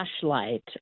flashlight